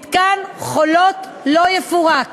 מתקן "חולות" לא יפורק